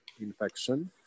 infection